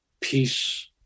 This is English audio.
peace